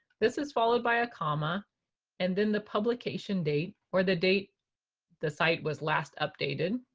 this is followed by a comma and then the publication date or the date the site was last updated,